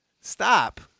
Stop